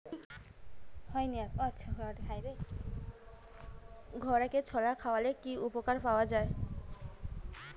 ঘোড়াকে ছোলা খাওয়ালে কি উপকার পাওয়া যায়?